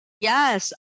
Yes